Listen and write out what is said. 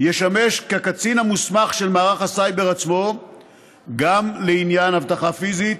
ישמש כקצין המוסמך של מערך הסייבר עצמו גם לעניין אבטחה פיזית,